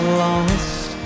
lost